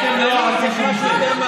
אתם לא עשיתם את זה.